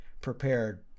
prepared